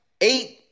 eight